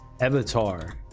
avatar